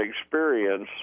experience